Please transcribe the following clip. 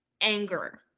anger